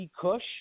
Kush